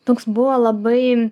toks buvo labai